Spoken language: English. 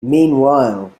meanwhile